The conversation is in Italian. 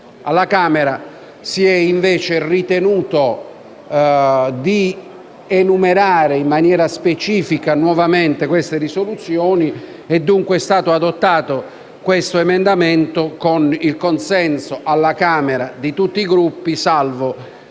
Alla Camera si è invece ritenuto di enumerare in maniera specifica nuovamente le risoluzioni e, dunque, è stato adottato il relativo emendamento con il consenso in quella sede di tutti i Gruppi, salvo